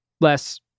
less